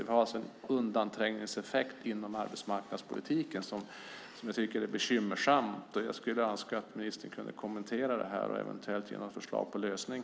Vi har alltså en undanträngningseffekt inom arbetsmarknadspolitiken som jag tycker är bekymmersam. Jag skulle önska att ministern kunde kommentera det här och eventuellt ge något förslag på lösning.